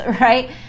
right